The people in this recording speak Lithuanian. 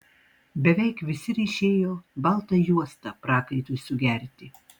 beveik visi ryšėjo baltą juostą prakaitui sugerti